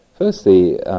Firstly